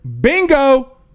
bingo